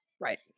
Right